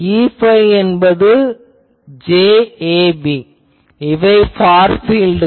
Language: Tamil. Eϕ என்பது j ab இவை ஃபார் பீல்டுகள்